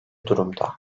durumda